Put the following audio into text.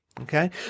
Okay